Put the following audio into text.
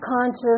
conscious